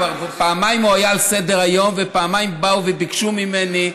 כבר פעמיים הוא היה על סדר-היום ופעמיים באו וביקשו ממני,